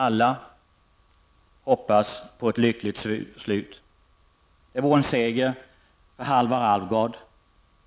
Alla hoppas på ett lyckligt slut. Det vore en seger för Halvar Alvgard